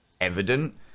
evident